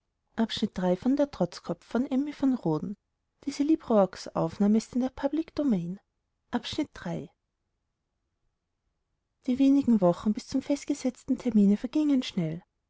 die wenigen wochen bis zum festgesetzten termine vergingen schnell